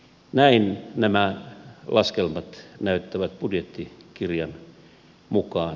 näin nämä laskelmat näyttävät budjettikirjan mukaan